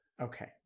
Okay